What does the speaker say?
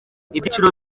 ibyiciro